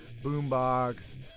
Boombox